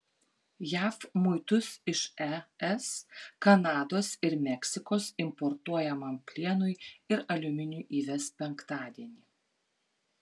jav muitus iš es kanados ir meksikos importuojamam plienui ir aliuminiui įves penktadienį